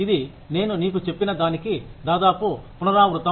ఇది నేను నీకు చెప్పిన దానికి దాదాపు పునరావృతం